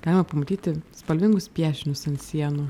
galima pamatyti spalvingus piešinius ant sienų